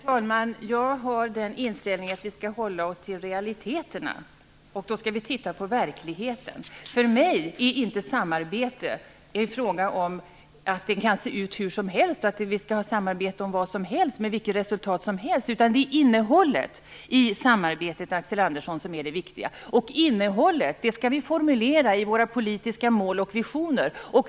Herr talman! Jag har inställningen att vi skall hålla oss till realiteterna och titta på verkligheten. För mig är inte samarbete en fråga om att det kan se ut hur som helst, att vi kan samarbeta hur som helst och med vilket resultat som helst. Det är innehållet i samarbetet som är det viktiga, Axel Andersson. Innehållet skall vi formulera i våra politiska mål och visioner.